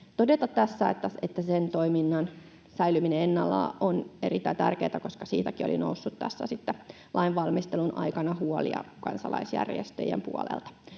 todeta tässä, että sen toiminnan säilyminen ennallaan on erittäin tärkeää, koska siitäkin oli sitten noussut tässä lainvalmistelun aikana huolia kansalaisjärjestöjen puolelta.